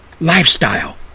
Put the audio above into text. lifestyle